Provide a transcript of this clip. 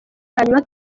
hanyuma